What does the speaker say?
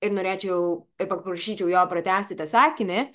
ir norėčiau ir paprašyčiau jo pratęsti tą sakinį